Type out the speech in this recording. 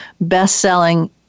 best-selling